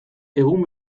egun